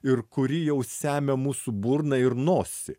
ir kuri jau semia mūsų burną ir nosį